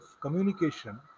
communication